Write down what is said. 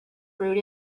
brewed